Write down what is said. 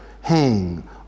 hang